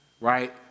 right